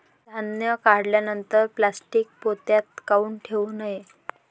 धान्य काढल्यानंतर प्लॅस्टीक पोत्यात काऊन ठेवू नये?